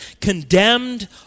condemned